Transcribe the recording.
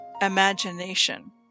imagination